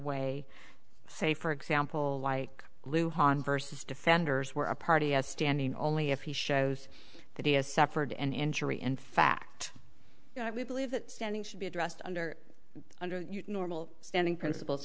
way say for example like blue hahn versus defenders where a party has standing only if he shows that he has suffered an injury in fact i believe that standing should be addressed under under normal standing principles